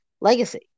legacy